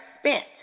spent